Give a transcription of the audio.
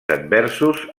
adversos